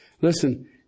Listen